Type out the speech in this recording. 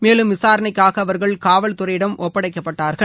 மேலும் விசாரணைக்காக அவர்கள் காவல்துறையிடம் ஒப்படைக்கப்பட்டார்கள்